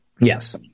Yes